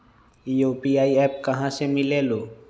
UPI app कहा से मिलेलु?